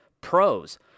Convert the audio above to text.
pros